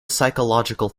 physiological